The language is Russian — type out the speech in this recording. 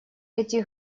эти